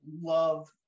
love